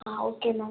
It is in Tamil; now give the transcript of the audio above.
ah okay ma'am